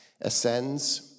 ascends